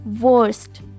worst